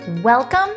Welcome